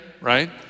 right